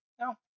no